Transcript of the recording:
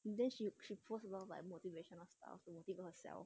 then she she post a lot like motivation stuffs to motivate herself